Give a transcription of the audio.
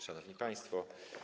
Szanowni Państwo!